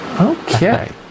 Okay